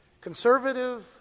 Conservative